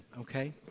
okay